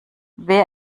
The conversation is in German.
wer